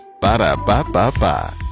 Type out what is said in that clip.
Ba-da-ba-ba-ba